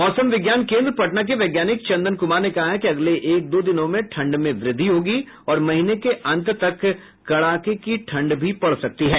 मौमस विज्ञान केन्द्र पटना के वैज्ञानिक चंदन कुमार ने कहा है कि अगले एक दो दिनों में ठंड में वृद्धि होगी और महीने के अंत तक कड़ाके की ठंड पड़ सकती है